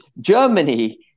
Germany